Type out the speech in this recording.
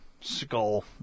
skull